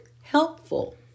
helpful